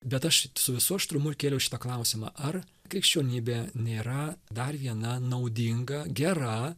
bet aš su visu aštrumu ir kėliau šitą klausimą ar krikščionybė nėra dar viena naudinga gera